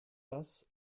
das